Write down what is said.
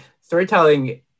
Storytelling